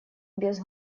без